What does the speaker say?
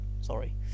sorry